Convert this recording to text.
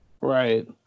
Right